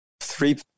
Three